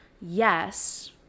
yes